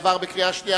עברה בקריאה שנייה.